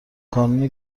کانون